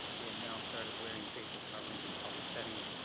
they have now started wearing facial coverage in public settings.